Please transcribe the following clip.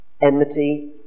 enmity